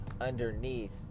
underneath